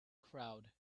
crowd